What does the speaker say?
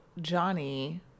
johnny